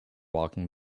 walking